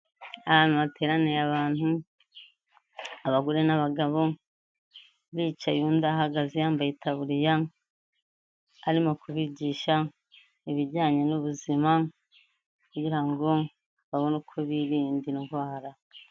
Ahantu hateraniye abantu, abagore n'abagabo, bicaye undi ahagaze yambaye itaburiya, arimo kubigisha ibijyanye n'ubuzima kugira ngo babone uko birinda indwara.